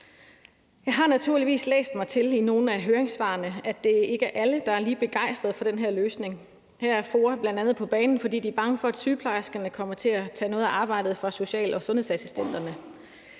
Jeg har naturligvis læst mig til i nogle af høringssvarene, at det ikke er alle, der er lige begejstret for den her løsning. Her er FOA bl.a. på banen, fordi de er bange for, at sygeplejerskerne kommer til at tage noget af arbejdet fra social- og sundhedsassistenterne.